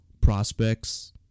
prospects